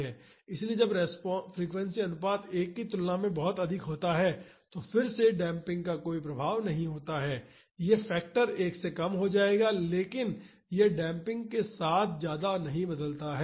इसलिए जब फ्रीक्वेंसी अनुपात 1 की तुलना में बहुत अधिक होता है तो फिर से डेम्पिंग का कोई प्रभाव नहीं होता है यह फैक्टर 1 से कम हो जाएगा लेकिन यह डेम्पिंग के साथ ज्यादा नहीं बदलता है